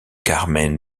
carmen